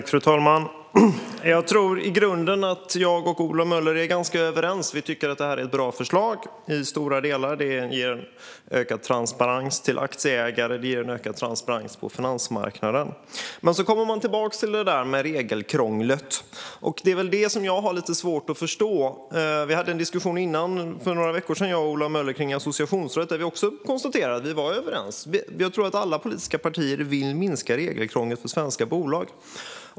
Fru talman! Jag tror att jag och Ola Möller är ganska överens i grunden. Vi tycker att det är ett bra förslag i stora delar. Det ger aktieägare ökad transparens, och det ger ökad transparens på finansmarknaden. Men så kommer man tillbaka till regelkrånglet. Det är det jag har svårt att förstå. Jag och Ola Möller hade för några veckor sedan en diskussion om associationsrätt. Då konstaterade vi också att vi var överens. Jag tror att alla politiska partier vill minska regelkrånglet för svenska bolag.